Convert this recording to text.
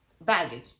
baggage